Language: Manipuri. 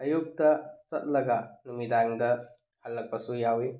ꯑꯌꯨꯛꯇ ꯆꯠꯂꯒ ꯅꯨꯃꯤꯗꯥꯡꯗ ꯍꯜꯂꯛꯄꯁꯨ ꯌꯥꯎꯋꯤ